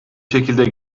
şekilde